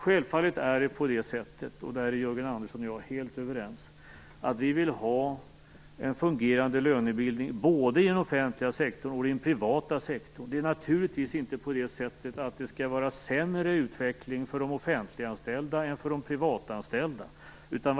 Självfallet vill vi ha en fungerande lönebildning både i den offentliga och i den privata sektorn. Där är Jörgen Andersson och jag helt överens. Löneutvecklingen skall naturligtvis inte vara sämre för de offentliganställda än för de privatanställda.